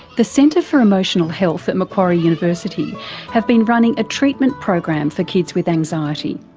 the centre for emotional health at macquarie university have been running a treatment program for kids with anxiety.